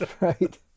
Right